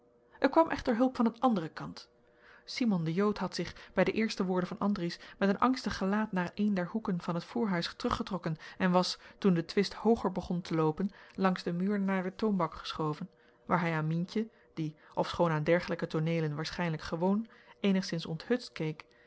er kwam echter hulp van een anderen kant simon de jood had zich bij de eerste woorden van andries met een angstig gelaat naar een der hoeken van het voorhuis teruggetrokken en was toen de twist hooger begon te loopen langs den muur naar de toonbank geschoven waar hij aan mientje die ofschoon aan dergelijke tooneelen waarschijnlijk gewoon eenigszins onthutst keek